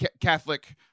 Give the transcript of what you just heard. catholic